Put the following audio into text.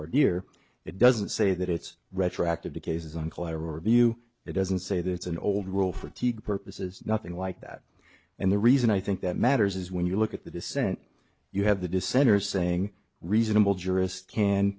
toward year it doesn't say that it's retroactive to cases on collateral review it doesn't say that it's an old rule for teague purposes nothing like that and the reason i think that matters is when you look at the dissent you have the dissenters saying reasonable jurist can